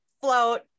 float